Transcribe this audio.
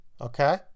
Okay